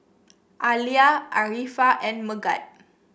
Alya Arifa and Megat